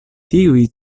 tiuj